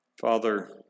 Father